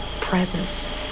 presence